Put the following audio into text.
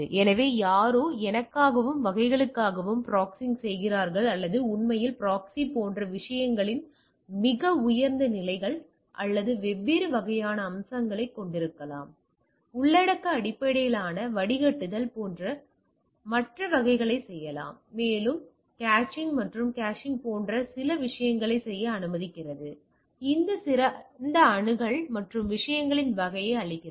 எனவே யாரோ எனக்காகவும் வகைகளுக்காகவும் ப்ராக்ஸிங் செய்கிறார்கள் அல்லது உண்மையில் ப்ராக்ஸி போன்ற விஷயங்களின் மிக உயர்ந்த நிலைகள் அல்லது வெவ்வேறு வகையான அம்சங்களைக் கொண்டிருக்கலாம் உள்ளடக்க அடிப்படையிலான வடிகட்டுதல் போன்றவை மற்றும் வகைகளைச் செய்யலாம் மற்றும் கேச்சிங் மற்றும் கேச்சிங் போன்ற சில விஷயங்களைச் செய்ய அனுமதிக்கிறது மேலும் சிறந்த அணுகல் மற்றும் விஷயங்களின் வகையை அளிக்கிறது